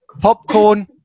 Popcorn